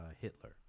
Hitler